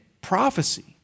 prophecy